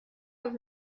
und